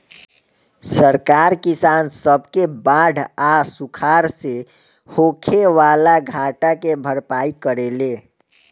सरकार किसान सब के बाढ़ आ सुखाड़ से होखे वाला घाटा के भरपाई करेले